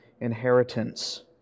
inheritance